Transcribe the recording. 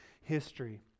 history